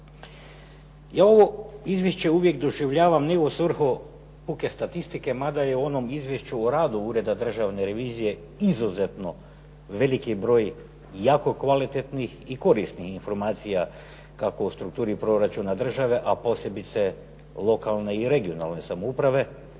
Ja ovo izvješće uvijek doživljavam ne u svrhu puke statistike, mada je u onom Izvješću o radu Ureda državne revizije izuzetno veliki broj jako kvalitetnih i korisnih informacija, kako o strukturi proračuna države, a posebice lokalne i regionalne samouprave